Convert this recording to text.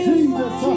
Jesus